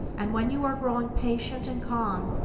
and when you are growing patient and calm,